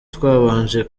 twabanje